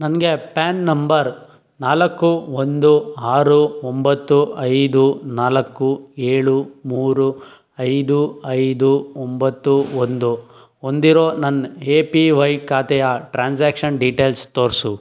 ನನಗೆ PAN number ನಾಲ್ಕು ಒಂದು ಆರು ಒಂಬತ್ತು ಐದು ನಾಲ್ಕು ಏಳು ಮೂರು ಐದು ಐದು ಒಂಬತ್ತು ಒಂದು ಹೊಂದಿರೋ ನನ್ನ ಎ ಪಿ ವೈ ಖಾತೆಯ ಟ್ರಾನ್ಸಾಕ್ಷನ್ ಡೀಟೇಲ್ಸ್ ತೋರಿಸು